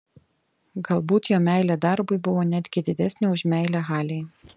galbūt jo meilė darbui buvo netgi didesnė už meilę halei